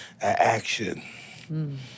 action